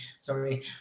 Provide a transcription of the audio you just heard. sorry